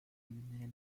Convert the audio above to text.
emmenez